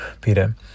Peter